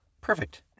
Perfect